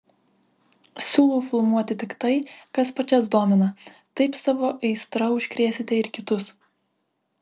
siūlau filmuoti tik tai kas pačias domina taip savo aistra užkrėsite ir kitus